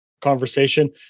conversation